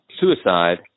Suicide